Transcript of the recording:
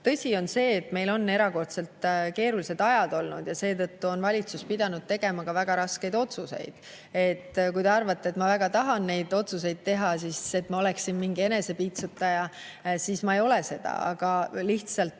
Tõsi on see, et meil on erakordselt keerulised ajad olnud, ja seetõttu on valitsus pidanud tegema ka väga raskeid otsuseid. Kui te arvate, et ma väga tahan neid otsuseid teha, et ma olen mingi enesepiitsutaja, siis ma kinnitan, et ma ei ole